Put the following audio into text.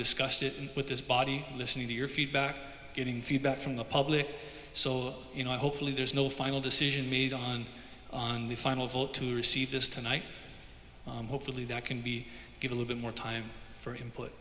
discussed it with this body listening to your feedback getting feedback from the public so you know hopefully there's no final decision made on the final vote to receive this tonight hopefully that can be given more time for input